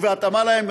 ובהתאמה להם,